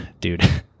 dude